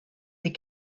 des